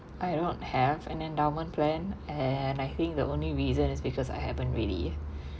I don't have an endowment plan and I think the only reason is because I haven't really